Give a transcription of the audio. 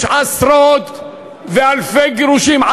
יש עשרות ואלפי גירושים.